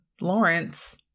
Lawrence